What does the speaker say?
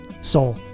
soul